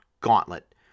gauntlet